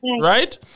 right